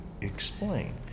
explain